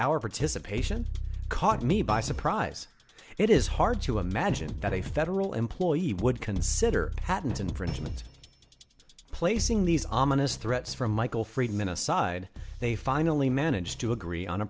our participation caught me by surprise it is hard to imagine that a federal employee would consider patent infringement placing these ominous threats from michael friedman aside they finally managed to agree on a